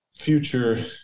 future